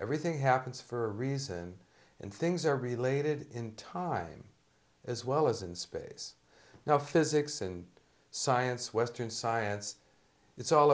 everything happens for a reason and things are related in time as well as in space now physics and science western science it's all